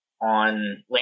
on